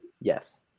yes